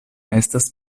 estas